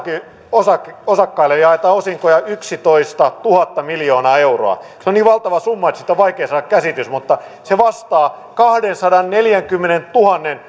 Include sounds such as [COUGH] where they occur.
osakkaille jaetaan osinkoja yksitoistatuhatta miljoonaa euroa se on niin valtava summa että siitä on vaikea saada käsitys mutta se vastaa kahdensadanneljänkymmenentuhannen [UNINTELLIGIBLE]